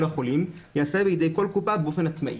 החולים ייעשה בידי כל קופה באופן עצמאי.